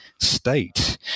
state